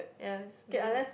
yes very weird